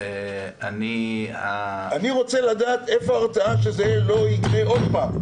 אני רוצה לדעת איפה ההבטחה שזה לא יקרה עוד פעם?